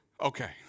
Okay